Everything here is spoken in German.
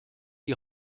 die